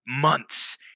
months